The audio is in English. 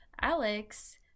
Alex